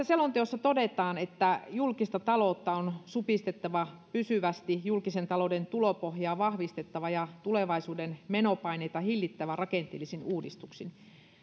selonteossa todetaan että julkista taloutta on supistettava pysyvästi julkisen talouden tulopohjaa vahvistettava ja tulevaisuuden menopaineita hillittävä rakenteellisin uudistuksin